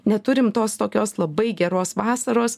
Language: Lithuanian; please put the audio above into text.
neturim tos tokios labai geros vasaros